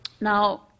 Now